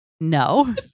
No